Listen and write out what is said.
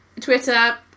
Twitter